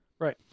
Right